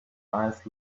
eyes